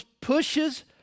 pushes